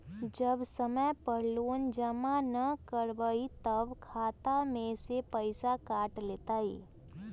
जब समय पर लोन जमा न करवई तब खाता में से पईसा काट लेहई?